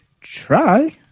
try